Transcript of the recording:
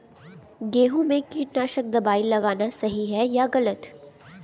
गेहूँ में कीटनाशक दबाई लगाना सही है या गलत?